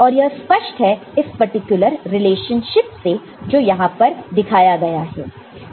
और यह स्पष्ट है इस पर्टिकुलर रिलेशनशिप से जो यहां पर दिखाया गया है